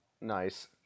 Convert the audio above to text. Nice